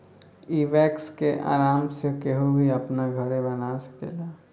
इ वैक्स के आराम से केहू भी अपना घरे बना सकेला